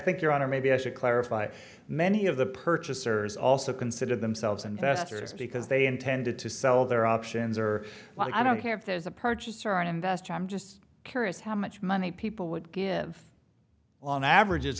think your honor maybe i should clarify many of the purchasers also consider themselves investors because they intended to sell their options are like i don't care if there's a purchaser or an investor i'm just curious how much money people would give on average it's